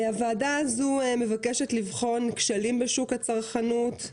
הוועדה הזאת מבקשת לבחון כשלים בשוק הצרכנות,